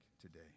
today